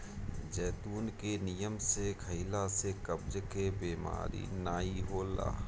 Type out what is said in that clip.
जैतून के नियम से खइला से कब्ज के बेमारी नाइ होला